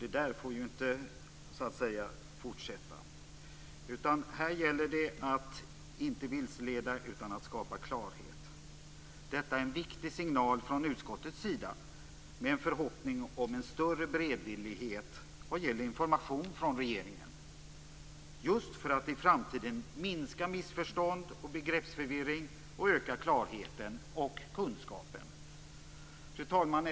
Detta får ju inte fortsätta. Här gäller det att inte vilseleda utan att skapa klarhet. Detta är en viktig signal från utskottet med en förhoppning om större beredvillighet när det gäller information från regeringen, just för att i framtiden minska missförstånd och begreppsförvirring och öka klarheten och kunskapen. Fru talman!